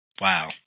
wow